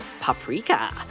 paprika